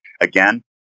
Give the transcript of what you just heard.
again